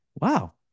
wow